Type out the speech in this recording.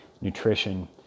nutrition